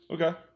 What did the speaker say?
Okay